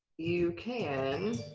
you can